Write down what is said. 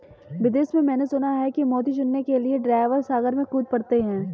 विदेश में मैंने सुना है कि मोती चुनने के लिए ड्राइवर सागर में कूद पड़ते हैं